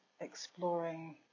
exploring